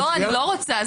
לא, אני לא רוצה.